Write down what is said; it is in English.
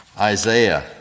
Isaiah